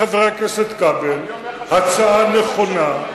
הציע חבר הכנסת כבל הצעה נכונה,